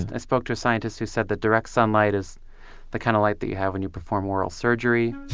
ah spoke to a scientist who said that direct sunlight is the kind of light that you have when you perform oral surgery